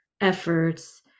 efforts